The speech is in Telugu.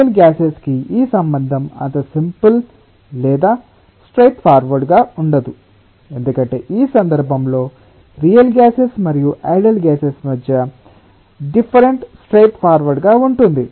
రియల్ గ్యాసెస్ కి ఈ సంబంధం అంత సింపుల్ లేదా స్ట్రెయిట్ ఫార్వర్డ్ గా ఉండదు ఎందుకంటే ఈ సందర్భంలో రియల్ గ్యాసెస్ మరియు ఐడియల్ గ్యాసెస్ మధ్య డిఫ్ఫరెంస్ స్ట్రెయిట్ ఫార్వర్డ్ గా ఉంటుంది